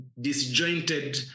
disjointed